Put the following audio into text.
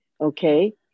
Okay